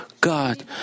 God